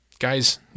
Guys